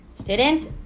students